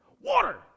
Water